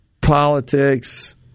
politics